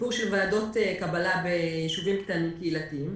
סיפור של ועדות קבלה ביישובים קהילתיים.